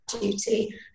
duty